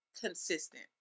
Consistent